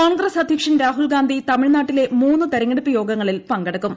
കോൺഗ്രസ് അധ്യക്ഷൻ രാഹുൽഗാന്ധി തമിഴ്നാട്ടിലെ മൂന്ന് തിരഞ്ഞെടുപ്പ് യോഗങ്ങളിൽ പങ്കെടുക്കും